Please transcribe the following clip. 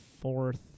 fourth